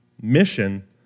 mission